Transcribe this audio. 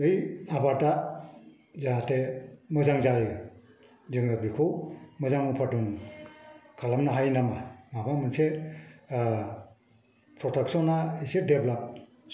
बै आबादा जाहाथे मोजां जायो जोङो बेखौ मोजां उपादन खालामनो हायो नामा माबा मोनसे प्रडाक्सन आ एसे देभेलप्त